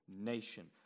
nation